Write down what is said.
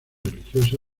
religiosa